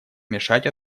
мешать